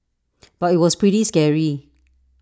but IT was pretty scary